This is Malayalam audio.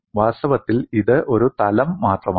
വാസ്തവത്തിൽ ഇത് ഒരു തലം മാത്രമാണ്